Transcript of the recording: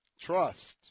trust